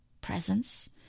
Presence